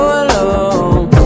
alone